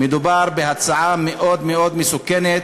מדובר בהצעה מאוד מאוד מסוכנת,